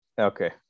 Okay